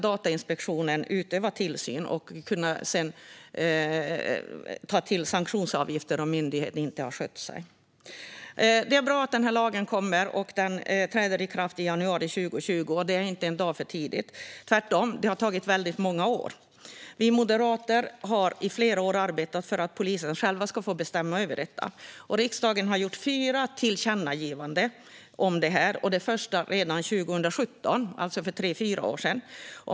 Datainspektionen ska utöva tillsyn och kunna ta ut en sanktionsavgift av en myndighet som inte sköter sig. Det är bra att den här lagen kommer. Den träder i kraft i januari 2020, och det är inte en dag för tidigt. Tvärtom har det tagit väldigt många år. Vi moderater har i flera år arbetat för att polisen själv ska få bestämma över detta. Riksdagen har gjort fyra tillkännagivanden om det här. Det första kom redan 2017, alltså för snart tre år sedan.